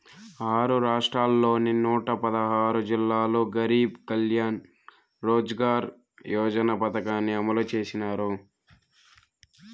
ఆరు రాష్ట్రాల్లోని నూట పదహారు జిల్లాల్లో గరీబ్ కళ్యాణ్ రోజ్గార్ యోజన పథకాన్ని అమలు చేసినారు